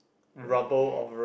you have